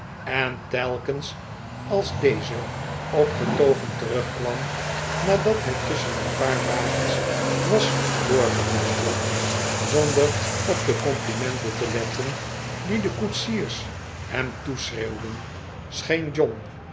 en telkens als deze opgetogen terugkwam nadat hij tusschen een paar wagens was doorgeworsteld zonder op de co'mplimenten te letten die de koetsiers hem toeschreeuwden scheen john